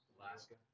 Alaska